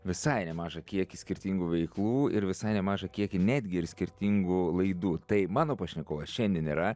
visai nemažą kiekį skirtingų veiklų ir visai nemažą kiekį netgi ir skirtingų laidų tai mano pašnekovas šiandien yra